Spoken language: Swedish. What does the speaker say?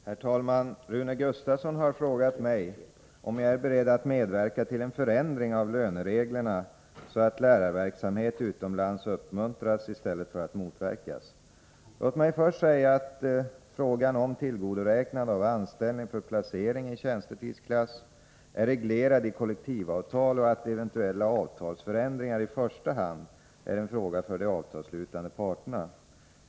Herr talman! Rune Gustavsson har frågat mig om jag är beredd att medverka till en förändring av lönereglerna så att lärarverksamhet utomlands uppmuntras i stället för att motverkas. Låt mig först säga att frågan om tillgodoräknande av anställning för placering i tjänstetidsklass/ålderstilläggsklass är reglerad i kollektivavtal och att eventuella avtalsförändringar i första hand är en fråga för de avtalsslutande parterna.